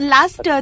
Last